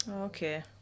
Okay